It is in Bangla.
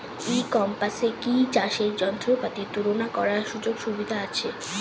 ই কমার্সে কি চাষের যন্ত্রপাতি তুলনা করার সুযোগ সুবিধা আছে?